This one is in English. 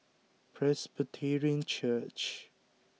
Presbyterian Church